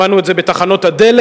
שמענו את זה בתחנות הדלק,